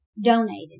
donated